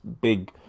big